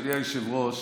אדוני היושב-ראש,